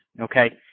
Okay